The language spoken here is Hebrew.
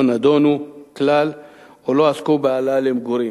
לא נדונו כלל או לא עסקו בהעלאה למגורים.